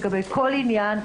לגבי כל עניין,